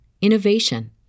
innovation